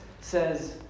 says